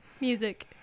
Music